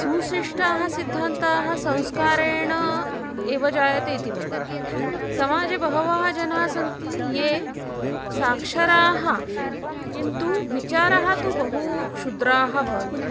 सुशिष्टाः सिद्धान्ताः संस्कारेण एव जायन्ते इति मन्ये समाजे बहवः जनाः सन्ति ये साक्षराः किन्तु विचाराः तु बहु क्षुद्राः भवन्ति